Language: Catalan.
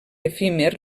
efímer